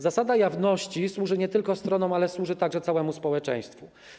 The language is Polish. Zasada jawności służy nie tylko stronom, ale służy także całemu społeczeństwu.